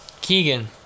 keegan